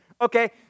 Okay